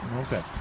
Okay